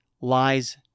lies